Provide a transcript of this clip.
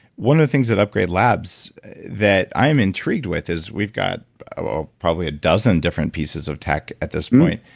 one of the things at upgrade labs that i'm intrigued with is we've got ah probably a dozen different pieces of tech at this point.